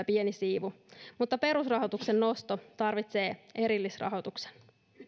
pieni siivu mutta perusrahoituksen nosto tarvitsee erillisrahoituksen